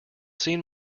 seen